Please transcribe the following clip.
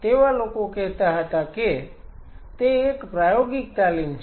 તેવા લોકો કહેતા હતા કે તે એક પ્રાયોગિક તાલીમ છે